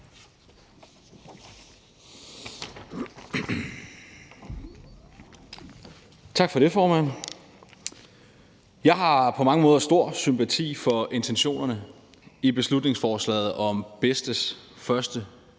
Tak for det, formand. Jeg har på mange måder stor sympati for intentionerne i beslutningsforslaget om bedstes første